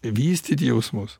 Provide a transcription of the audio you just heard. vystyt jausmus